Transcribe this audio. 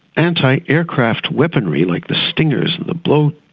anti-aircraft weaponry like the stingers and the blowpipes,